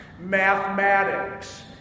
mathematics